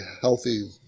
healthy